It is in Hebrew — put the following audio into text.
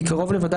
הסתייגויות.